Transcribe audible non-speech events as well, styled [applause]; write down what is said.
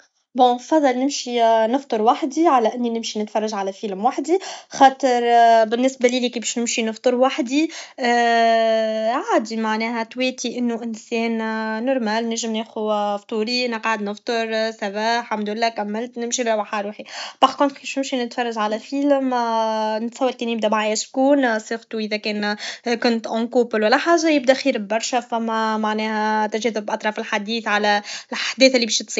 بون نفضل نمشي نفطر وحدي على اني نمشي نتفرج على فيلم وحدي خاطر بالنسبه لي بش نمشي نفطر وحدي [hesitation] عادي معناها تواتي انو انسان نورمال نجم ناخذ فطوري سافا حمد الله كملت نمشي نروح عروحي باغ كونخ بش نمشي نتفرج في فيلم [hesitation] نتصور كان يبدا معايا شكون سيغتو اذا كان اذا كنت اونكوبل و لا حاجه يبدا خير برشا ثمه معناها تجاذب اطراف الحديث على الاحداث لي باش تصير